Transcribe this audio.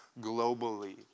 globally